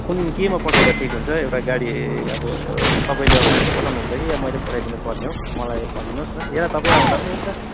कुन केमा पठाउँदा ठिक हुन्छ एउटा गाडी अब तपाईँले अब मान्छे पठाउनुहुन्छ कि या मैले पठाइदिनु पर्ने हो मलाई भन्नुहोस् न या त तपाईँ आउँदा पनि हुन्छ